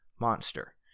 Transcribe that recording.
monster